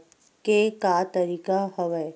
के का तरीका हवय?